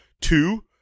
two